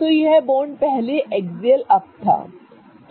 तो यह बॉन्ड पहले एक्सियल अप था ठीक है